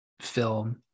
film